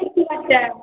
ଦେଖିବା ଚାଲ୍